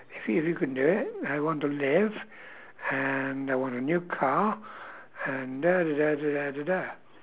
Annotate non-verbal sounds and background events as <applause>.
if you you can do it I want to live and I want a new car and <noise>